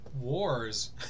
wars